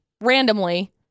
randomly